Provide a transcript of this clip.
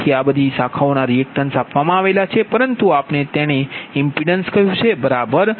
તેથી આ બધી શાખાઓના રીએક્ટન્સ આપવામાં આવેલ છે પરંતુ આપણે તેને ઇમ્પિડન્સ કહ્યુ છે બરાબર